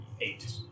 eight